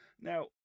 Now